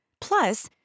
Plus